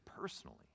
personally